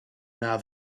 now